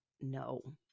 No